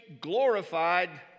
glorified